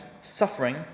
suffering